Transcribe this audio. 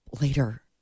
later